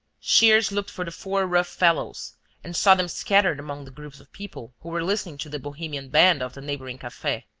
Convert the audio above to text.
shears looked for the four rough fellows and saw them scattered among the groups of people who were listening to the bohemian band of the neighbouring cafe.